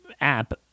app